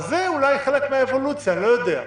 זה אולי חלק מהאבולוציה, אני לא יודע.